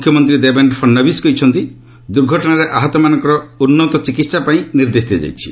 ମୁଖ୍ୟମନ୍ତ୍ରୀ ଦେବେନ୍ଦ୍ର ଫଡ଼ନାବିସ୍ କହିଛନ୍ତି ଦୁର୍ଘଟଣାରେ ଆହତମାନଙ୍କର ଉନ୍ନତ ଚିକିତ୍ସା ବ୍ୟବସ୍ଥା ପାଇଁ ନିର୍ଦ୍ଦେଶ ଦିଆଯାଇଛି